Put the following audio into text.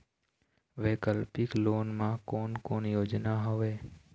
वैकल्पिक लोन मा कोन कोन योजना हवए?